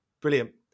Brilliant